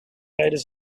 rijden